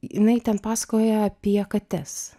jinai ten pasakoja apie kates